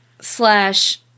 Slash